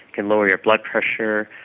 can lower your blood pressure.